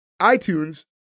iTunes